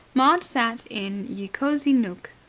maud sat in ye cosy nooke,